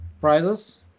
prizes